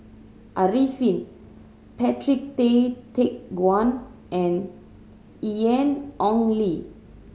Arifin Patrick Tay Teck Guan and Ian Ong Li